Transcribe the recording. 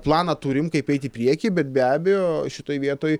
planą turim kaip eit į priekį bet be abejo šitoj vietoj